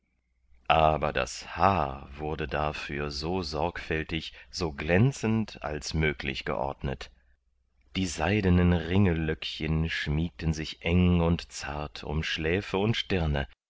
aber das haar wurde dafür so sorgfältig so glänzend als möglich geordnet die seidenen ringellöckchen schmiegten sich eng und zart um schläfe und stirne